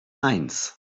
eins